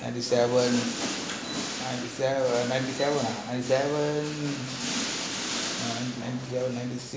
I seven seven seven six